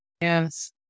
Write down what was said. yes